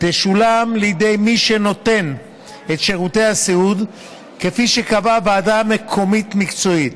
תשולם לידי מי שנותן את שירותי הסיעוד כפי שקבעה ועדה מקומית מקצועית,